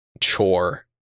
chore